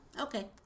Okay